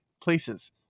places